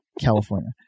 California